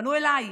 פנו אליי.